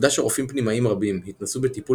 העובדה שרופאים פנימאים רבים התנסו בטיפול